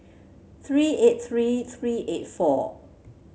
three eight three three eight four